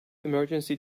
emergency